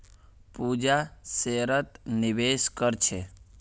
पूजा शेयरत निवेश कर छे